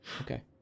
Okay